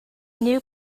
new